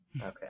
okay